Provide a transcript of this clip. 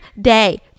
day